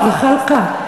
זחאלקה.